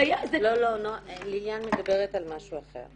זה היה זה -- לא, לא, ליליאן מדברת על משהו אחר.